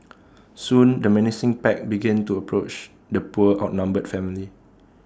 soon the menacing pack began to approach the poor outnumbered family